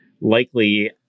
likely